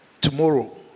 tomorrow